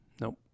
Nope